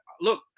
Look